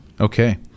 Okay